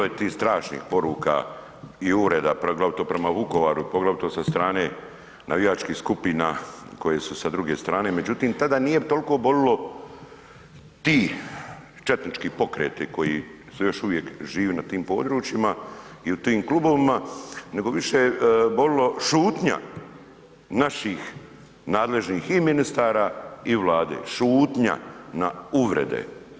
Bilo je tih strašnih poruka u uvreda, poglavito prema Vukovaru, poglavito sa strane navijačkih skupina koje su sa druge strane, međutim tada nije toliko bolilo ti četnički pokreti koji su još uvijek živi na tim područjima i tu tim klubovima nego je više bolila šutnja naših nadležnih i ministara i Vlade, šutnja na uvrede.